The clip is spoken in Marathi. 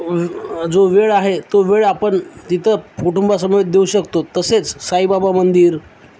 व जो वेळ आहे तो वेळ आपण तिथं कुटुंबासमवेत देऊ शकतो तसेच साईबाबा मंदिर